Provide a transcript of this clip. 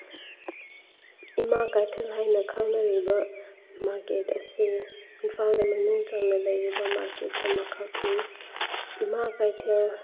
ꯏꯃꯥ ꯀꯩꯊꯦꯜ ꯍꯥꯏꯅ ꯈꯪꯅꯔꯤꯕ ꯃꯥꯔꯀꯦꯠ ꯑꯁꯦ ꯏꯝꯐꯥꯜꯗ ꯃꯅꯨꯡ ꯆꯟꯅ ꯂꯩꯔꯤꯕ ꯃꯥꯔꯀꯦꯠ ꯑꯃꯈꯛꯅꯤ ꯏꯃꯥ ꯀꯩꯊꯦꯜ